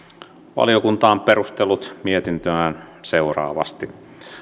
valiokunta on perustellut mietintöään seuraavasti